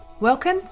Welcome